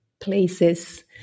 places